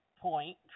point